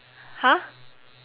!huh!